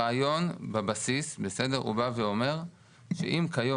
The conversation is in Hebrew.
הרעיון בבסיס הוא בא ואומר שאם כיום